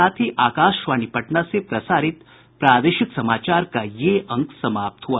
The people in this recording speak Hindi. इसके साथ ही आकाशवाणी पटना से प्रसारित प्रादेशिक समाचार का ये अंक समाप्त हुआ